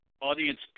audience